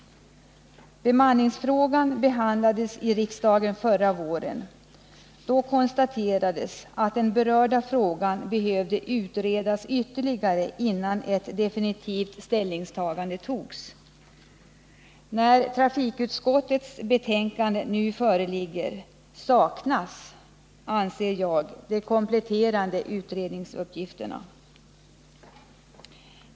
Bemanningsfrågan behandlades i riksdagen förra våren. Då konstaterades att den berörda frågan behövde utredas ytterligare innan ett definitivt ställningstagande gjordes. När trafikutskottets betänkande nu föreligger saknas, anser jag, de kompletterande utredningsuppgifterna.